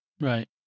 Right